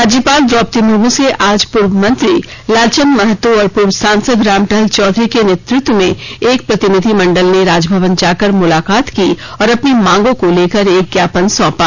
राज्यपाल द्रौपदी मुर्मू से आज पूर्व मंत्री लालचंद महतो और पूर्व सांसद रामटहल चौधरी के नेतृत्व में एक प्रतिनिधिमंडल ने राज भवन जाकर मुलाकात की और अपनी मांगों को लेकर एक ज्ञापन सौंपा